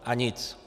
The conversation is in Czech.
A nic.